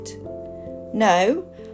No